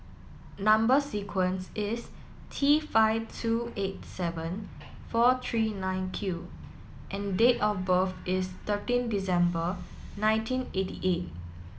number sequence is T five two eight seven four three nine Q and date of birth is thirteen December nineteen eighty eight